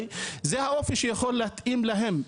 זה האופי שיכול להתאים להם.